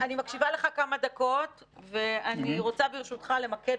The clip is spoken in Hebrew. אני מקשיבה לך כמה דקות ואני רוצה ברשותך למקד